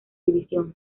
división